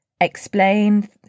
explain